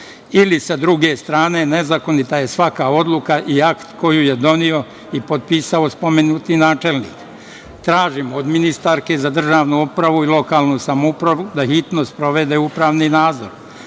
Ili, sa druge strane, nezakonita je svaka odluka i akt koju je doneo i potpisao spomenuti načelnik. Tražim od ministarke za državnu upravu i lokalnu samoupravu da hitno sprovede upravni nadzor,